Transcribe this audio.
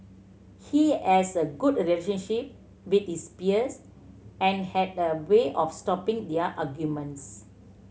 he has a good relationship with his peers and had a way of stopping their arguments